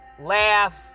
laugh